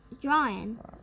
drawing